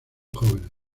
jóvenes